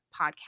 podcast